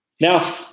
Now